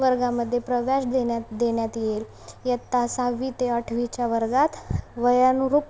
वर्गामध्ये प्रवेश देण्या देण्यात येईल इयत्ता सहावी ते आठवीच्या वर्गात वयानुरूप